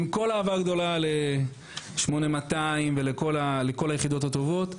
עם כל האהבה הגדולה ל-8200 ולכל היחידות הטובות,